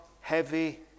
heavy